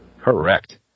Correct